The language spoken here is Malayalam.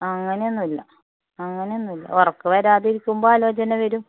അങ്ങനെയൊന്നുമില്ല അങ്ങനെയൊന്നുമില്ല ഉറക്കം വരാതിരിക്കുമ്പോൾ ആലോചന വരും